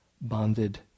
Bonded